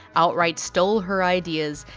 outright stole her ideas.